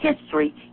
history